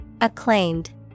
Acclaimed